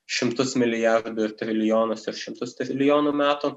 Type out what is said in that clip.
šimtus milijardų ir trilijonus ir šimtus trilijonų metų